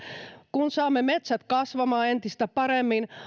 kun saamme metsät kasvamaan entistä paremmin